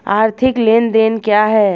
आर्थिक लेनदेन क्या है?